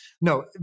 No